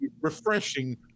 refreshing